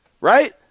Right